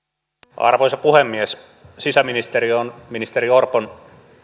arvoisa puhemies sisäministeriö on ministeri orpon